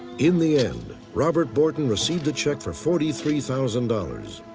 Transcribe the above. in the end, robert borton received a check for forty three thousand dollars.